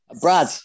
Brad